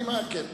אני אגיב בסוף.